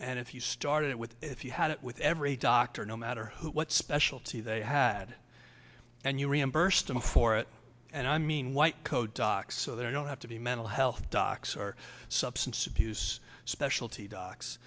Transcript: and if you started with if you had it with every doctor no matter what specialty they had and you reimbursed them for it and i mean white coat docs so they don't have to be mental health docs or substance abuse specialty doc